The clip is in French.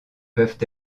peuvent